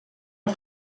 are